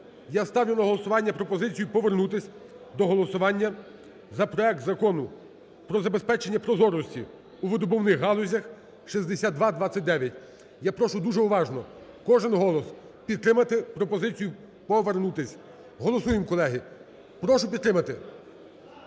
я ставлю на голосування пропозицію повернутися до голосування за проект Закону про забезпечення прозорості у видобувних галузях (6229). Я прошу дуже уважно, кожен голос, підтримати пропозицію повернутись. Голосуємо, колеги. Прошу підтримати.